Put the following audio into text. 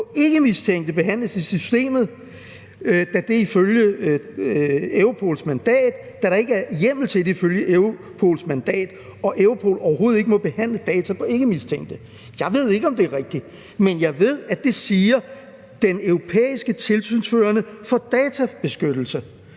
på ikkemistænkte behandles i systemet, da der ikke er hjemmel til det ifølge Europols mandat og Europol overhovedet ikke må behandle data på ikkemistænkte. Jeg ved ikke, om det er rigtigt, men jeg ved, at det siger den europæiske tilsynsførende for databeskyttelse.